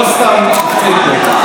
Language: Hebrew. לא סתם מתפרצים פה,